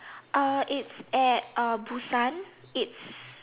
it's at Busan it's